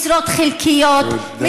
משרות חלקיות,